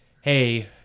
Hey